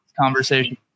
conversation